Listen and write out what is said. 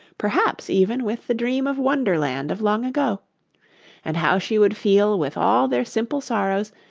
perhaps even with the dream of wonderland of long ago and how she would feel with all their simple sorrows,